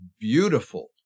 beautiful